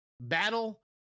battle